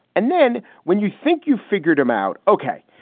and then when you think you've figured him out, ok,